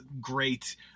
great